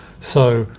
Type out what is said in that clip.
so,